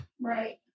Right